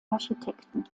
architekten